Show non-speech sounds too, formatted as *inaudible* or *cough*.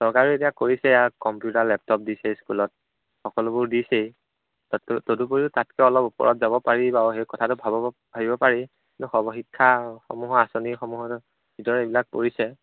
চৰকাৰেও এতিয়া কৰিছে কম্পিউটাৰ লেপটপ দিছে স্কুলত সকলোবোৰ দিছেই তদুপৰিও তাতকৈ অলপ ওপৰত যাব পাৰি বাৰু সেই কথাটো ভাবিব পাৰি কিন্তু সৰ্বশিক্ষাসমূহৰ আচনিসমূহৰ *unintelligible* এইবিলাক কৰিছে